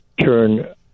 turn